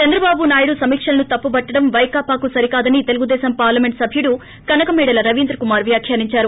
చంద్రబాబు నాయుడు సమీక్షలను తప్పుపట్టడం వైకాపాకు సరికాదని తెలుగుదేశం పార్లమెంట్ సభ్యుడు కనకమేడల రవీంద్రకుమార్ వ్యాఖ్యానించారు